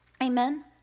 amen